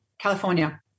California